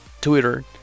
Twitter